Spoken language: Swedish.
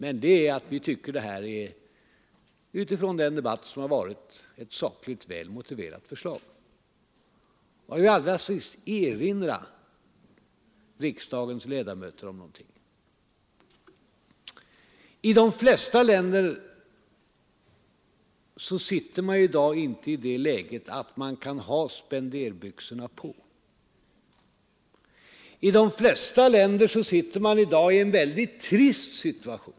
Vi tycker emellertid, med utgångspunkt i den debatt som förts, att det här är ett sakligt väl motiverat förslag. Jag vill allra sist erinra riksdagens ledamöter om en sak: I de flesta länder är man i dag inte i det läget att man kan ha spenderbyxorna på, utan man är i en väldigt trist situation.